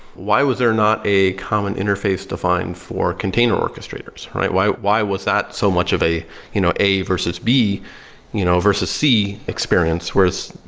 why was there not a common interface defined for container orchestrators, right? why why was that so much of a you know a versus b you know versus c experience? whereas,